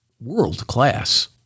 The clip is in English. world-class